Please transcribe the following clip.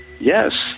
yes